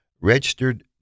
registered